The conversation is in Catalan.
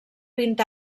vint